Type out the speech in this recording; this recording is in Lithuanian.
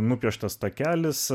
nupieštas takelis